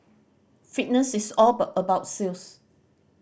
fitness is all about sales